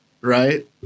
right